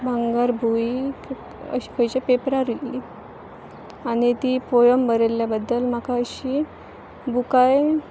भांगरभूंय अश्या खंयच्या पेपरार येयल्ली आनी ती पोयम बरयल्ल्या बद्दल म्हाका अशीं बुकांय